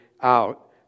out